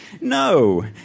No